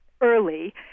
early